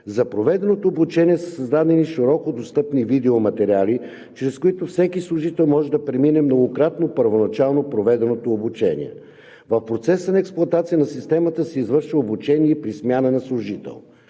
За проведеното обучение са създадени широкодостъпни видеоматериали, чрез които всеки служител може да премине многократно първоначално проведеното обучение. В процеса на експлоатация на системата се извършва обучение и при смяна на служител